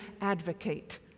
advocate